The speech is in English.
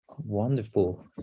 Wonderful